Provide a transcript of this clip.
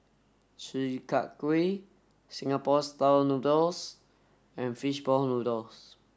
Chi kak kuih singapore style noodles and fish ball noodles